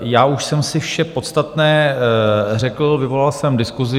Já už jsem si vše podstatné řekl, vyvolal jsem diskusi.